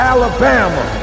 Alabama